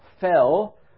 fell